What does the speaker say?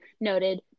noted